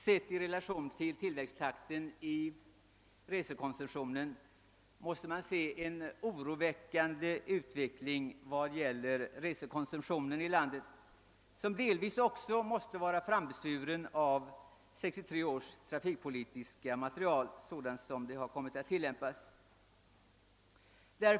Sett i relation till tillväxttakten av totalkonsumtionen måste man se en oroväckande utveckling vad gäller resekonsumtionen i landet som delvis också måste vara frambesvuren av 1963 års trafikpolitiska material sådant det kommit att tillämpas.